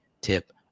tip